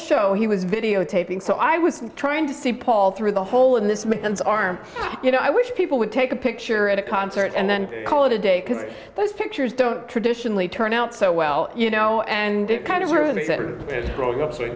show he was videotaping so i i was trying to see paul through the hole in this man's arm you know i wish people would take a picture at a concert and then call it a day because those pictures don't traditionally turn out so well you know and it kind of